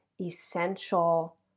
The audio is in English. essential